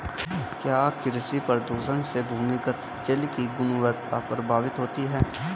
क्या कृषि प्रदूषण से भूमिगत जल की गुणवत्ता प्रभावित होती है?